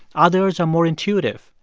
others are more intuitive,